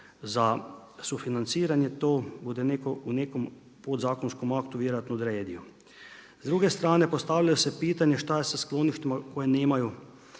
za sufinanciranje. To bude u netko u podzakonskim aktu vjerojatno odredio. S druge strane, postavlja se pitanja, šta je s skloništima koje nemaju